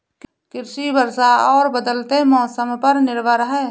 कृषि वर्षा और बदलते मौसम पर निर्भर है